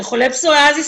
לכו תסבירו להם את ההיגיון.